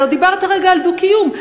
הלוא דיברת הרגע על דו-קיום.